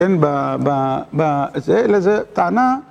בזה, לזה, טענה